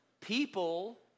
People